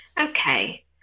Okay